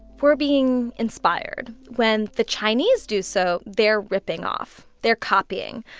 we're being inspired. when the chinese do so, they're ripping off. they're copying.